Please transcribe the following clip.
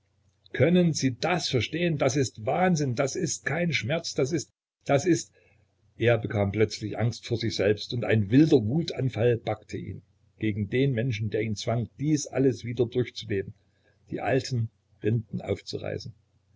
können sie das verstehen das ist wahnsinn das ist kein schmerz das ist das ist er bekam plötzlich angst vor sich selbst und ein wilder wutanfall packte ihn gegen den menschen der ihn zwang dies alles wieder durchzuleben die alten rinden aufzureißen